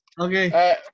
Okay